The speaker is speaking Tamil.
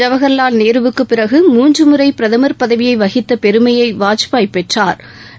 ஜவஹா்வால் நேருவுக்குப் பிறகு மூன்று முறை பிரதமா் பதவியை வகித்த பெருமையை வாஜ்பாய் பெற்றாா்